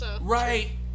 Right